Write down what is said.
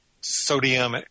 sodium